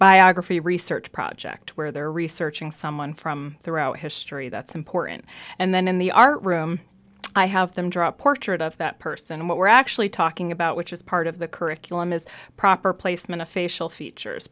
biography research project where they're researching someone from throughout history that's important and then in the art room i have them draw a portrait of that person and what we're actually talking about which is part of the curriculum is proper place in the facial features